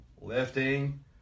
Lifting